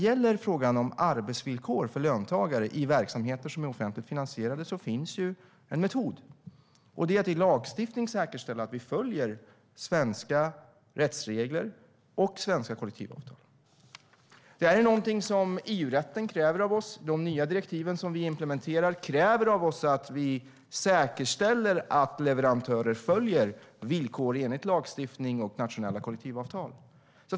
I fråga om arbetsvillkor för löntagare i verksamheter som är offentligt finansierade finns det en metod, och det är att i lagstiftningen säkerställa att man följer svenska rättsregler och svenska kollektivavtal. I de nya EU-direktiv som vi implementerar krävs det av oss att vi säkerställer att leverantörer följer villkoren enligt lagstiftning och nationella kollektivavtal.